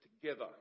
together